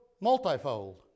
multifold